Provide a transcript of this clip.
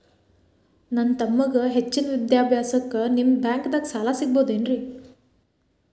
ನನ್ನ ತಮ್ಮಗ ಹೆಚ್ಚಿನ ವಿದ್ಯಾಭ್ಯಾಸಕ್ಕ ನಿಮ್ಮ ಬ್ಯಾಂಕ್ ದಾಗ ಸಾಲ ಸಿಗಬಹುದೇನ್ರಿ?